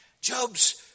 Job's